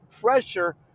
pressure